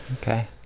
Okay